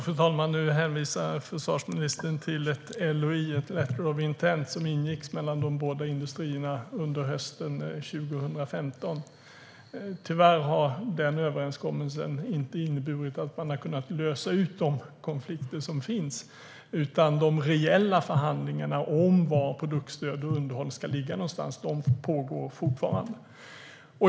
Fru talman! Nu hänvisar försvarsministern till ett LOI, ett letter of intent, som ingicks mellan de båda industrierna under hösten 2015. Tyvärr har den överenskommelsen inte inneburit att man har kunnat lösa de konflikter som finns, utan de reella förhandlingarna om var produktstöd och underhåll ska ligga någonstans pågår fortfarande.